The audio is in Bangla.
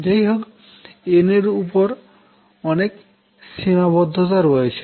যাইহোক n এর উপর অনেক সীমাবদ্ধতা রয়েছে